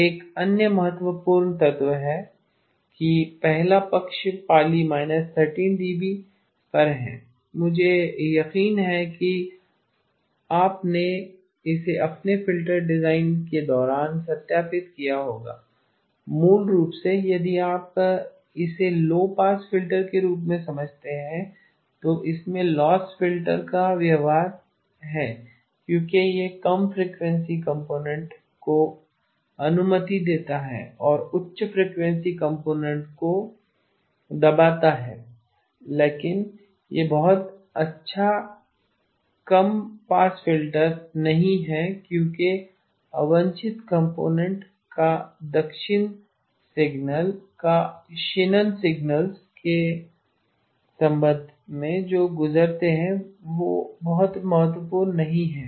एक अन्य महत्वपूर्ण तत्व यह है कि पहला पक्ष पालि 13 dB पर है मुझे यकीन है कि आपने इसे अपने फ़िल्टर डिज़ाइन के दौरान सत्यापित किया होगा मूल रूप से यदि आप इसे लो पास फिल्टर के रूप में समझते हैं तो इसमें लॉस पास फिल्टर का व्यवहार है क्योंकि यह कम फ्रीक्वेंसी कंपोनेंट को अनुमति देता है और उच्च फ्रीक्वेंसी कंपोनेंट को दबाता है लेकिन यह बहुत अच्छा कम पास फिल्टर नहीं है क्योंकि अवांछित कंपोनेंट का क्षीणन सिग्नल्स के संबंध में जो गुजरते हैं वे बहुत महत्वपूर्ण नहीं हैं